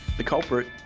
the culprit?